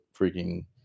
freaking